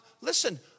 listen